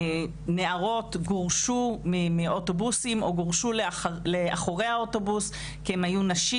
נערות גורשו מאוטובוסים או גורשו לאחורי האוטובוס כי הן היו נשים.